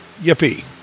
Yippee